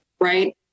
right